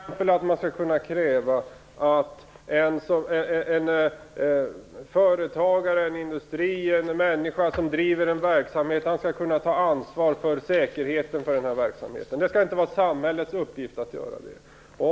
Fru talman! Jag tycker att man skall kunna kräva att en företagare, en industri eller en människa som driver en verksamhet skall ta ansvar för säkerheten i den verksamheten. Det skall inte vara samhällets uppgift att göra det.